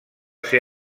ser